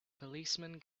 policemen